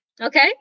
Okay